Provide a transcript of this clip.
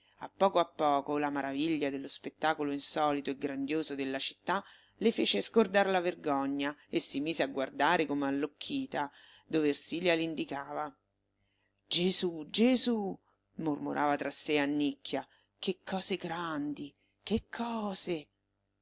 a poco a poco la maraviglia dello spettacolo insolito e grandioso della città le fece scordar la vergogna e si mise a guardare come allocchita dove ersilia le indicava gesù gesù mormorava tra sé annicchia che cose grandi che cose